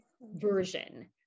version